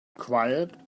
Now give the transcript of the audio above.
quiet